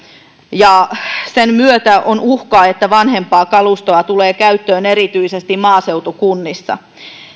ja sen myötä on uhka että vanhempaa kalustoa tulee käyttöön erityisesti maaseutukunnissa